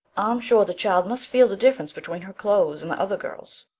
i'm sure the child must feel the difference between her clothes and the other girls'.